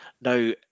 Now